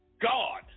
God